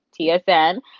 TSN